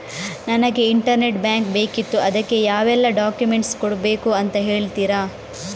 ನನಗೆ internet bank ಬೇಕಿತ್ತು ಅದಕ್ಕೆ ಯಾವೆಲ್ಲಾ ಡಾಕ್ಯುಮೆಂಟ್ಸ್ ಕೊಡ್ಬೇಕು ಅಂತ ಹೇಳ್ತಿರಾ?